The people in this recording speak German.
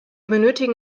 benötigen